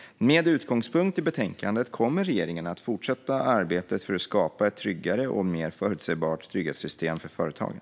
Med utgångspunkt i betänkandet kommer regeringen att fortsätta arbetet för att skapa ett tryggare och mer förutsebart trygghetssystem för företagen.